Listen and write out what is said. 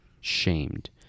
shamed